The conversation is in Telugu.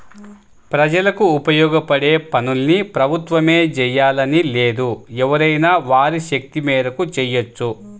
ప్రజలకు ఉపయోగపడే పనుల్ని ప్రభుత్వమే జెయ్యాలని లేదు ఎవరైనా వారి శక్తి మేరకు చెయ్యొచ్చు